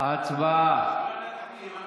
למה לא ועדת הפנים?